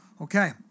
Okay